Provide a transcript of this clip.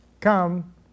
come